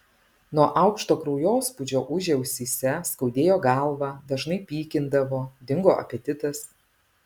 nuo aukšto kraujospūdžio ūžė ausyse skaudėjo galvą dažnai pykindavo dingo apetitas